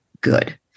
good